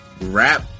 rap